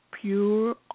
pure